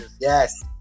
Yes